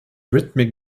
rhythmic